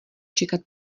čekat